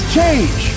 change